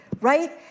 right